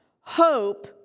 hope